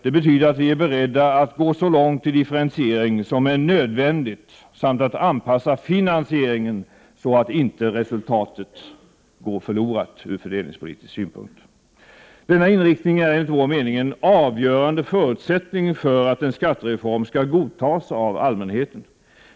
Det betyder att vi är beredda att gå så långt i differentiering som är nödvändigt samt att anpassa finansieringen så att inte resultatet går förlorat ur fördelningspolitisk synpunkt. Denna inriktning är enligt vår mening en avgörande förutsättning för att en skattereform skall godtas av allmänheten.